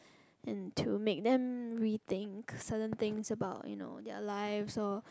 and to make them rethink certain things about you know their life so